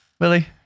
Willie